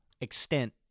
extent